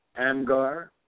AMGAR